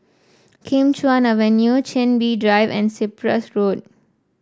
Kim Chuan Avenue Chin Bee Drive and Cyprus Road